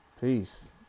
peace